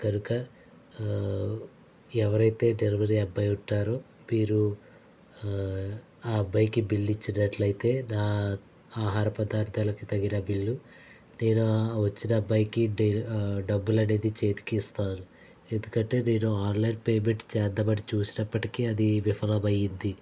కనుక ఎవరైతే డెలివరీ అబ్బాయి ఉంటారో మీరు ఆ అబ్బాయికి బిల్ ఇచ్చినట్లయితే నా ఆహార పదార్థాలకి తగిన బిల్లు నేను ఆ వచ్చిన అబ్బాయికి డె డబ్బులనేది చేతికి ఇస్తాను ఎందుకంటే నేను ఆన్లైన్ పేమెంట్ చేద్దామని చూసినప్పటికీ అది విఫలమయింది